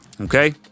okay